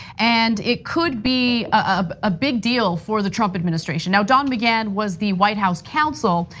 and it could be a big deal for the trump administration. now don mcgahn was the white house counsel,